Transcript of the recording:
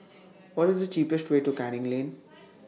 What IS The cheapest Way to Canning Lane